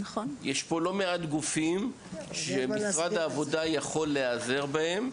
יש פה לא מעט גופים שמשרד העבודה יכול להיעזר בהם,